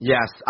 Yes